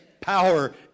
power